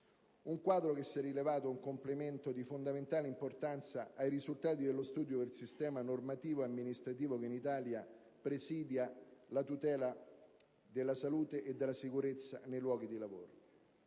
quadro che si è rivelato un complemento di fondamentale importanza ai risultati dello studio del sistema normativo e amministrativo che in Italia presidia la tutela della salute e della sicurezza nei luoghi di lavoro.